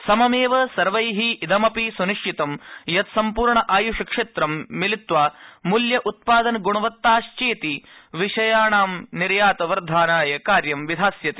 सममेव सर्वै इदमपि निश्चित यत् सम्पूर्ण आयुषक्षेत्र मिलित्वा मूल्य उत्पादनगुणवत्ताश्चेति विषयो निर्यातवर्धनाय कार्य विधास्यति